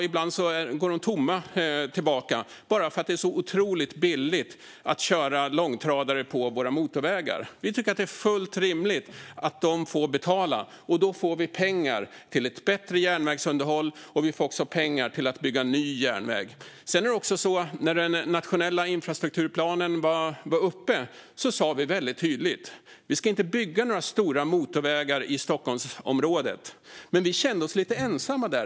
Ibland går de tomma tillbaka bara för att det är så otroligt billigt att köra långtradare på våra motorvägar. Vi tycker att det är fullt rimligt att de får betala. Då får vi pengar till ett bättre järnvägsunderhåll, och vi får också pengar till att bygga ny järnväg. När den nationella infrastrukturplanen var uppe sa vi väldigt tydligt att vi inte ska bygga några stora motorvägar i Stockholmsområdet. Där kände vi oss lite ensamma.